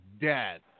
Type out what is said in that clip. dead